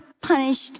punished